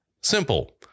Simple